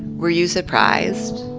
were you surprised?